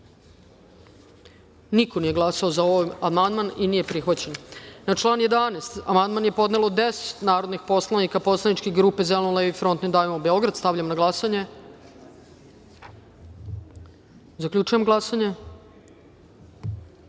niko nije glasao za ovaj amandman i nije prihvaćen. Na član 11. amandman je podnelo deset narodnih poslanika poslaničke grupe Zeleno-levi front – Ne davimo Beograd. Stavljam na glasanje. Zaključujem glasanje: